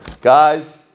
Guys